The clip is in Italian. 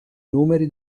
numeri